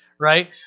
right